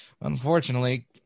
Unfortunately